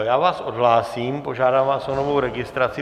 Já vás odhlásím a požádám vás o novou registraci.